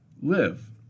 live